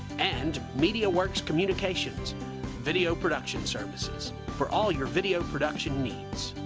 and mediaworks communications video production services for all your video production needs.